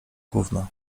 gówno